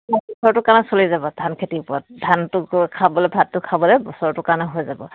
কাৰণে চলি যাব ধান খেতিৰ ওপৰত ধানটো খাবলৈ ভাতটো খাবলৈ বছৰটোৰ কাৰণে হৈ যাব